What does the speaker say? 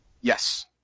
Yes